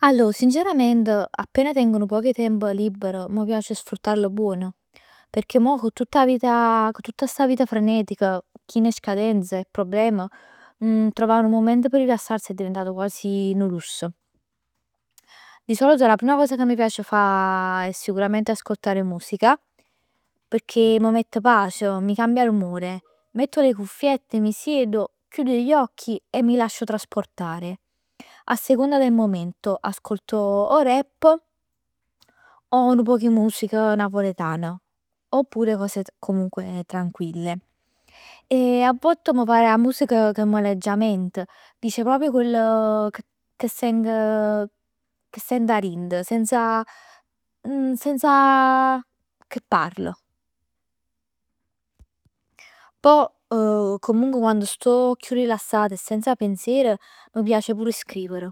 Allor sincerament appena teng nu poc 'e tiemp libero m' piace sfruttarlo buon. Perchè mo cu tutt 'a vita, cu tutt sta vita frenetica, chien 'e scadenz e problem, truvà nu mument p' rilassarsi è diventato quasi nu lusso. Di solito la prima cosa che mi piace fa è sicuramente ascoltare musica, pecchè m' mett pace, mi cambia l'umore. Metto le cuffiette, mi siedo, chiudo gli occhi e mi lascio trasportare. A seconda del momento ascolto o rap, o nu poc 'e musica napoletana, o comunque cose tranquille. E a vole m' pare che 'a musica m' legg 'a ment. Dice proprio quello ch- che sent, che sent dint. Senza senza che parlo. Pò comunque quando sto chiù rilassata e senza pensier m' piace pur scriver.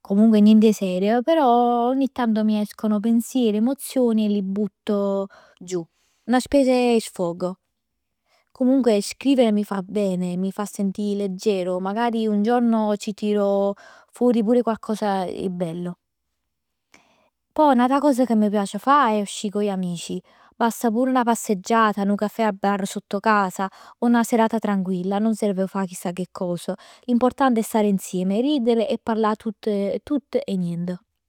Comunque niente 'e serio, però ogni tanto mi escono pensieri, emozioni e li butto giù. 'Na specie 'e sfogo. Comunque scrivere mi fa bene, mi fa sentì leggero, magari un giorno tirerò fuori pur coccos 'e bello. Pò n'ata cosa che mi piace fa è uscì con gli amici. Basta pur 'na passeggiata, nu cafè al bar sotto casa o 'na serata tranquilla, nun serve fa chissà che cosa. L'importante è stare insieme, ridere e parlà 'e tutt e nient.